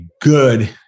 good